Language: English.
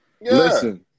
Listen